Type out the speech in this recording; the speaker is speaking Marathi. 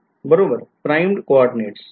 Primed coordinates